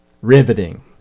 Riveting